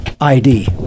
ID